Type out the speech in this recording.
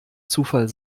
zufall